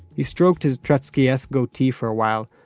he stroked his trotsky-esque goatee for a while,